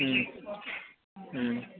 ꯎꯝ ꯎꯝ